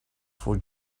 for